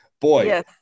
boy